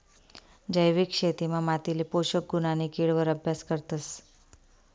जैविक शेतीमा मातीले पोषक गुण आणि किड वर अभ्यास करतस